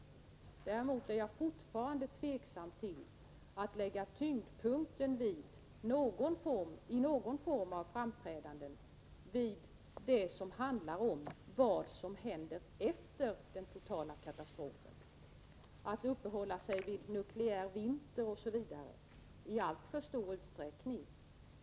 Däremot är jag fortfarande tveksam till att i någon form av framträdande lägga tyngdpunkten på det som handlar om vad som händer efter den totala katastrofen — att uppehålla sig vid nukleär vinter o.d. i alltför stor utsträckning.